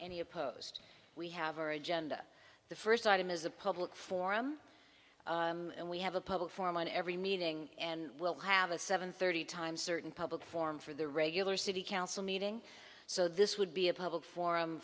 any opposed we have or agenda the first item is a public forum and we have a public forum on every meeting and will have a seven thirty time certain public forum for the regular city council meeting so this would be a public forum